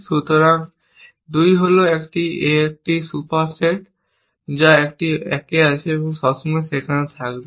সুতরাং একটি 2 হল একটি 1 এর সুপারসেট যা একটি 1 এ আছে সব সময় সেখানে থাকবে